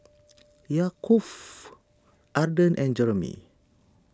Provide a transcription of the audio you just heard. Yaakov Arden and Jeromy